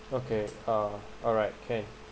okay uh alright K